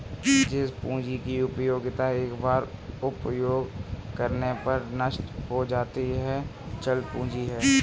जिस पूंजी की उपयोगिता एक बार उपयोग करने पर नष्ट हो जाती है चल पूंजी है